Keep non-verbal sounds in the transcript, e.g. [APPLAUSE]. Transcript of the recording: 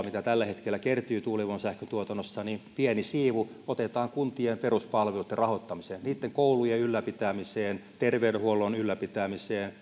[UNINTELLIGIBLE] mitä tällä hetkellä kertyy tuulivoimasähkön tuotannossa pieni siivu otetaan kuntien peruspalveluitten rahoittamiseen niitten koulujen ylläpitämiseen terveydenhuollon ylläpitämiseen